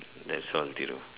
that's all Thiru